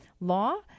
Law